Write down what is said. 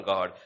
God